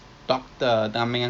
banyak banyak banyak banyak